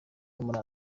muri